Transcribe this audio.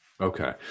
Okay